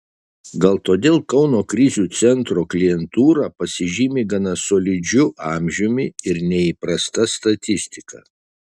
gal todėl kauno krizių centro klientūra pasižymi gana solidžiu amžiumi ir neįprasta statistika